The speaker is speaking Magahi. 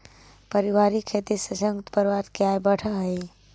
पारिवारिक खेती से संयुक्त परिवार के आय बढ़ऽ हई